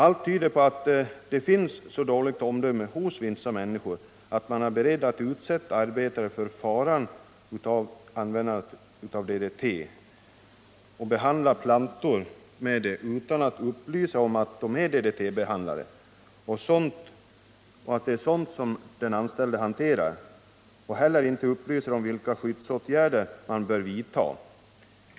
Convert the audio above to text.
Allt tyder på att vissa människor har så dåligt omdöme att de är beredda att utsätta arbetare för faran av DDT-behandlade plantor utan att upplysa om att det är sådana man hanterar och heller då inte upplysa om vilka skyddsåtgärder man bör vidta.